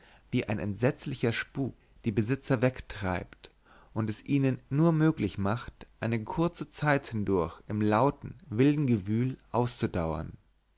wie ein entsetzlicher spuk die besitzer wegtreibt und es ihnen nur möglich macht eine kurze zeit hindurch im lauten wilden gewühl auszudauern